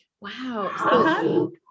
Wow